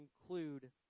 include